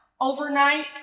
Overnight